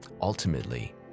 ultimately